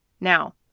Now